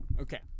Okay